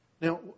now